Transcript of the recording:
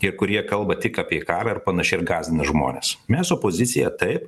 tie kurie kalba tik apie karą ir panašiai ir gąsdina žmones mes opozicija taip